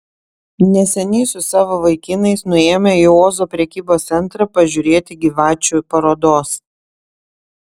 neseniai su savo vaikinais nuėjome į ozo prekybos centrą pažiūrėti gyvačių parodos